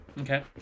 Okay